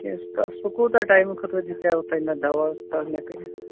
کیٛاہ چھُ تس سُہ کوٗتاہ ٹایمہٕ خٲطرٕ دِژیاوٕ تۄہہِ مےٚ دوا تَتھ مےٚ کٔرِتھ